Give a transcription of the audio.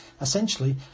essentially